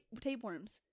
Tapeworms